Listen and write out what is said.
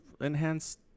enhanced